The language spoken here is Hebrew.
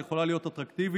שיכולה להיות אטרקטיבית